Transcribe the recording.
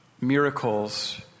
miracles